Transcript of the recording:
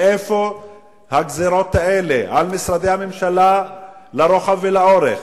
מאיפה הגזירות האלה על משרדי הממשלה לרוחב ולאורך?